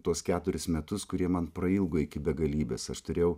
tuos keturis metus kurie man prailgo iki begalybės aš turėjau